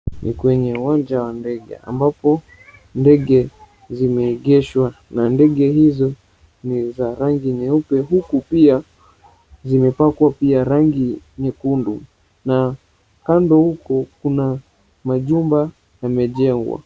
Ni kwenye uwanja wa ndege ambapo ndege zimeegeshwa na ndege hizo ni za rangi nyeupe, huku pia zimepakwa pia rangi nyekundu na kando huko kuna majumba yamejengwa.